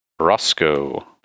Roscoe